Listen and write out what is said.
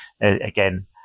again